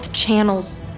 Channels